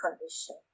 condition